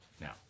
now